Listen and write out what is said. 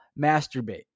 masturbate